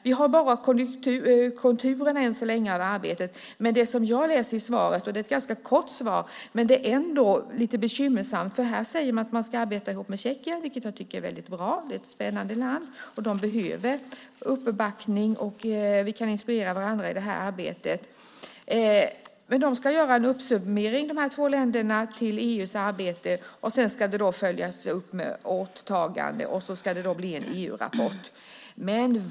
Vi har bara konturerna av arbetet än så länge. Det är ett ganska kort svar. Man säger att man tänker arbeta tillsammans med Tjeckien. Det tycker jag är väldigt bra. Det är ett spännande land. De behöver uppbackning och vi kan inspirera varandra i det här arbetet. De båda länderna ska göra en summering till EU:s arbete. Det ska följas upp med åtaganden och sedan ska det bli en EU-rapport.